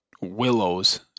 willows